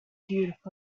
beautiful